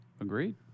Agreed